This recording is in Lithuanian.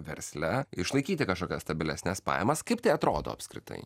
versle išlaikyti kažkokias stabilesnes pajamas kaip tai atrodo apskritai